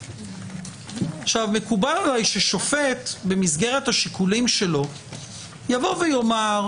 מקובל עלי ששופט במסגרת השיקולים שלו יבוא ויאמר: